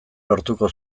lortuko